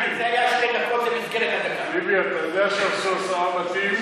גם אם זה היה שתי דקות, זה עדיין היה במסגרת הדקה.